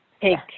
take